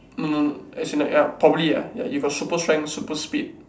no no no as in like ya probably ya you got super strength super speed